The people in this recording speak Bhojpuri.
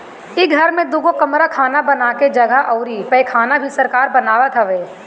इ घर में दुगो कमरा खाना बानवे के जगह अउरी पैखाना भी सरकार बनवावत हवे